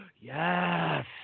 Yes